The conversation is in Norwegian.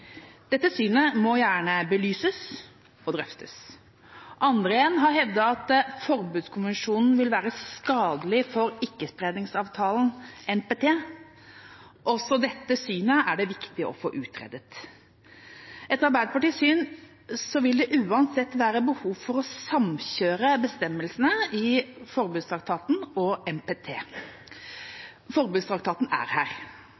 Dette synet må gjerne belyses og drøftes. Andre igjen har hevdet at forbudskonvensjonen vil være skadelig for ikkespredningsavtalen NPT. Også dette synet er det viktig å få utredet. Etter Arbeiderpartiets syn vil det uansett være behov for å samkjøre bestemmelsene i forbudstraktaten og NPT. Forbudstraktaten er her,